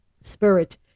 Spirit